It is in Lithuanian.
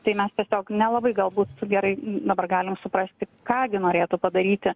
tai mes tiesiog nelabai galbūt gerai dabar galim suprasti ką gi norėtų padaryti